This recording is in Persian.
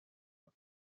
داد